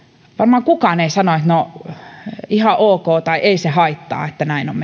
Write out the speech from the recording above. varmaan kukaan ei sano että no ihan ok tai ei se haittaa että näin on